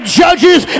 judges